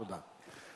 תודה.